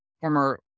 former